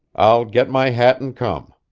i'll get my hat and come.